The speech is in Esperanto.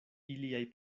iliaj